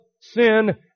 sin